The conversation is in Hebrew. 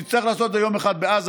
נצטרך לעשות את זה יום אחד בעזה,